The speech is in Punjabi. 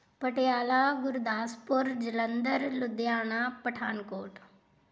ਪਟਿਆਲਾ ਗੁਰਦਾਸਪੁਰ ਜਲੰਧਰ ਲੁਧਿਆਣਾ ਪਠਾਨਕੋਟ